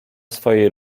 swej